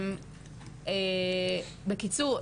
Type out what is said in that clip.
בקיצור,